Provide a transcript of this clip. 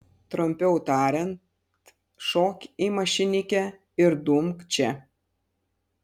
trumpiau tariant šok į mašinikę ir dumk čia